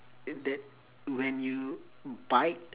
uh that when you bite